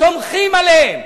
סומכים עליהם.